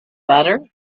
butter